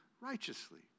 righteously